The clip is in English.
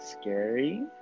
scary